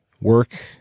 work